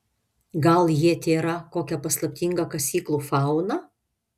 gal jie tėra kokia paslaptinga kasyklų fauna